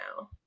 now